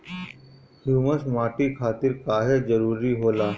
Humus माटी खातिर काहे जरूरी होला?